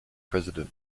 president